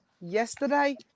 yesterday